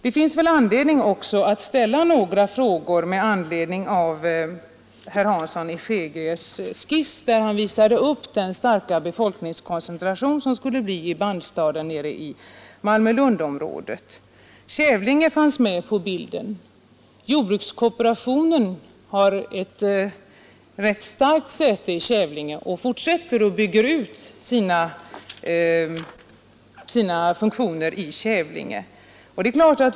Jag skulle också vilja ställa några frågor med anledning av den skiss som herr Hansson visade upp över den väntade starka befolkningskoncentrationen i bandstaden i Malmö—Lundområdet. Kävlinge fanns med på bilden. Jordbrukskooperationen har ett rätt betydande säte i Kävlinge och fortsätter bygga ut sina funktioner där.